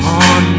on